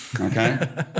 okay